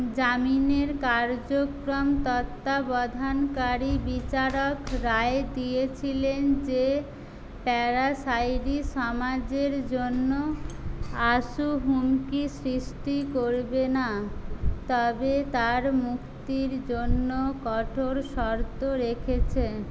জামিনের কার্যক্রম তত্ত্বাবধানকারী বিচারক রায় দিয়েছিলেন যে প্যারাসাইডি সামাজের জন্য আশু হুমকি সৃষ্টি করবে না তবে তার মুক্তির জন্য কঠোর শর্ত রেখেছে